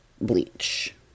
bleach